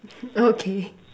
oh okay